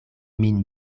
min